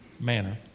manner